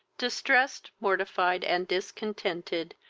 distressed, mortified, and discontented,